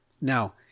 Now